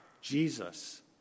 Jesus